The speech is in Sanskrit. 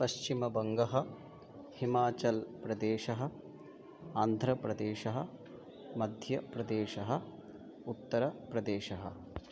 पश्चिमबङ्गः हिमाचलप्रदेशः आन्ध्रप्रदेशः मध्यप्रदेशः उत्तरप्रदेशः